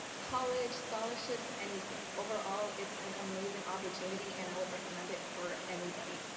college, scholarships, anything overall, it's an amazing opportunity, and i would recommend it for anybody,